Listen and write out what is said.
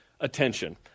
attention